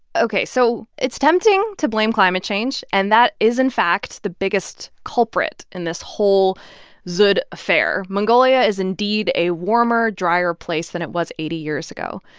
ok. so it's tempting to blame climate change. and that is, in fact, the biggest culprit in this whole dzud affair. mongolia is indeed a warmer, drier place than it was eighty years ago.